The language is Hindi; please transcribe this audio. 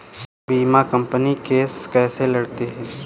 बीमा कंपनी केस कैसे लड़ती है?